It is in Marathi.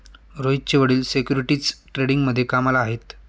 रोहितचे वडील सिक्युरिटीज ट्रेडिंगमध्ये कामाला आहेत